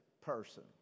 person